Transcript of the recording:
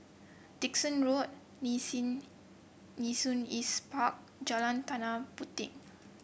Dickson Road Nee Nee Soon East Park Jalan Tanah Puteh